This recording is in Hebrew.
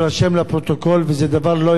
וזה דבר לא יאה ולא מכובד.